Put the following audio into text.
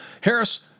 Harris